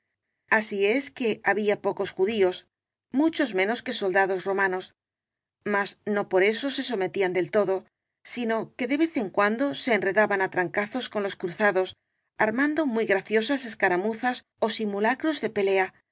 así es que había pocos judíos muchos menos qu soldados romanos mas no por eso se sometían del todo sino que de vez en cuan do se enredaban á trancazos con los cruzados ar mando muy graciosas escaramuzas ó simulacros de pelea con